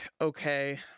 okay